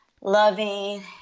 loving